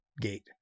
gate